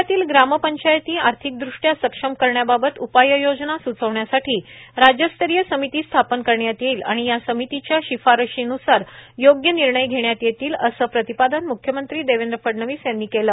राज्यातील ग्रामपंचायती आर्थिकदृष्ट्या सक्षम करण्याबाबत उपाययोजना सुचविण्यासाठी राज्यस्तरीय समिती स्थापन करण्यात येईल आणि या समितीच्या शिफारशीन्सार योग्य निर्णय घेण्यात येईल असे प्रतिपादन मुख्यमंत्री देवेंद्र फडणवीस यांनी केले